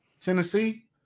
Tennessee